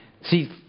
See